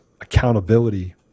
accountability